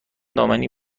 دامنی